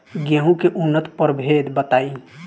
गेंहू के उन्नत प्रभेद बताई?